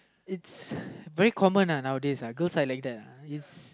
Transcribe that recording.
it's very common uh nowadays lah girls are like that uh